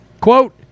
Quote